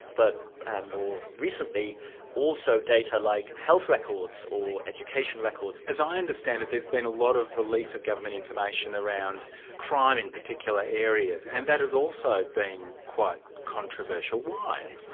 but more recently also data like health records or education records. as i understand it there's been a lot of release of government information around crime in particular areas, and that has also been quite controversial. why?